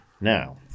Now